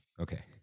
Okay